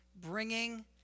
bringing